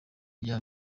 rya